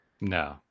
No